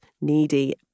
needy